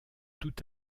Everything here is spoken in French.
tout